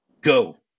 Go